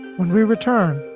when we return.